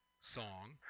song